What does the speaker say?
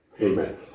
Amen